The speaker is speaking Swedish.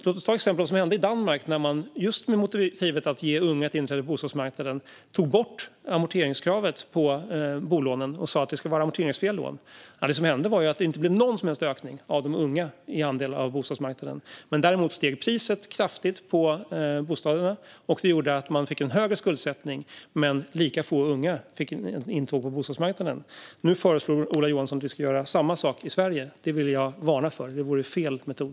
Låt oss se på vad som hände i Danmark när man just med motivet att ge unga inträde på bostadsmarknaden tog bort amorteringskravet på bolån och sa att lånen skulle vara amorteringsfria. Det blev ingen som helst ökning av de unga på bostadsmarknaden. I stället steg priset kraftigt på bostäderna, vilket gjorde att man fick högre skuldsättning. Nu föreslår Ola Johansson att vi ska göra samma sak i Sverige. Det vill jag varna för; det vore fel metod.